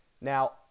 Now